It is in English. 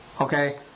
okay